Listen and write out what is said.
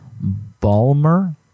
Balmer